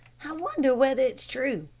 i wonder whether it's true?